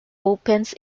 opens